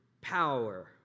power